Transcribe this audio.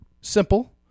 simple